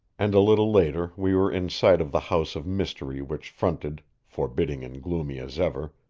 and a little later we were in sight of the house of mystery which fronted, forbidding and gloomy as ever,